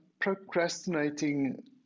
procrastinating